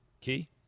Key